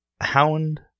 Hound